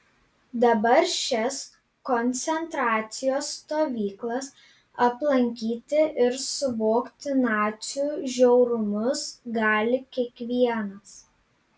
dabar šias koncentracijos stovyklas aplankyti ir suvokti nacių žiaurumus gali kiekvienas